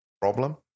problem